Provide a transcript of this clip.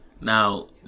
Now